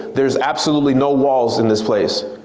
there's absolutely no walls in this place.